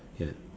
ya